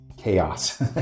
chaos